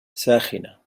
ساخنة